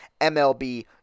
MLB